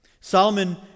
Solomon